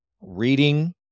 reading